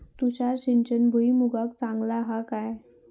तुषार सिंचन भुईमुगाक चांगला हा काय?